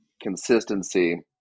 consistency